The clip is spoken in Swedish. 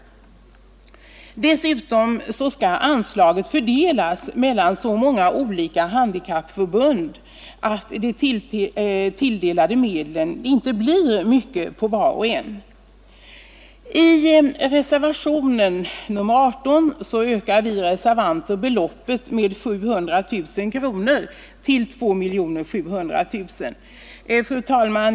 Dessutom skall anslaget fördelas mellan så många olika handikappförbund att de tilldelade medlen inte blir mycket för vart och ett av dem. I reservationen 18 föreslår vi reservanter en ökning av beloppet med 700 000 till 2 700 000 kronor. Fru talman!